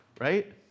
right